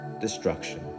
destruction